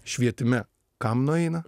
švietime kam nueina